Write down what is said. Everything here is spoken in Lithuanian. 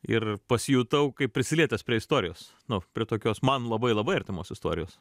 ir pasijutau kaip prisilietęs prie istorijos nu tokios man labai labai artimos istorijos